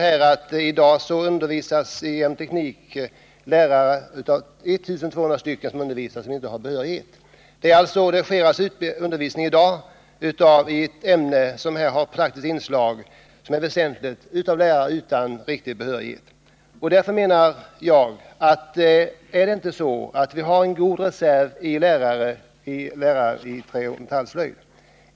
I dag undervisar i teknik omkring 1 200 lärare som inte har behörighet. Jag menar att vi har en god reserv i lärare i träoch metallslöjd.